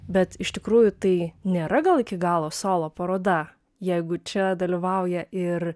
bet iš tikrųjų tai nėra gal iki galo solo paroda jeigu čia dalyvauja ir